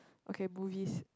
okay movies